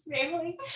family